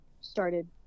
started